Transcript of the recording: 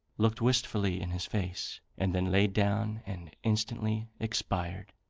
looked wistfully in his face, and then laid down and instantly expired.